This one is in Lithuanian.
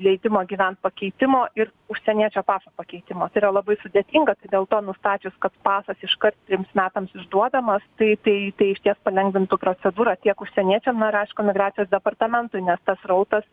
leidimo gyvent pakeitimo ir užsieniečio paso pakeitimo tai yra labai sudėtinga tai dėl to nustačius kad pasas iškart trims metams išduodamas tai tai tai išties palengvintų procedūrą tiek užsieniečiam na ir aišku migracijos departamentui nes tas srautas